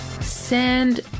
send